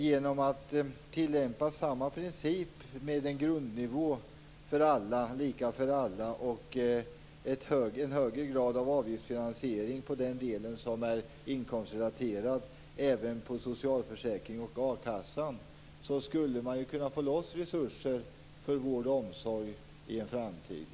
Genom att tillämpa samma princip med en grundnivå, lika för alla, och en högre grad av avgiftsfinansiering på den del som är inkomstrelaterad även på socialförsäkring och a-kassa skulle man kunna få loss resurser för vård och omsorg i framtiden.